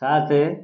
ସାତ